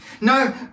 No